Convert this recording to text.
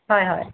হয় হয়